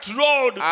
road